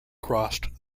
crossed